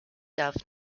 darf